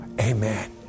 Amen